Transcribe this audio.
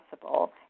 possible